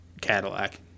Cadillac